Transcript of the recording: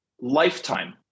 lifetime